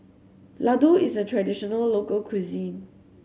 Laddu is a traditional local cuisine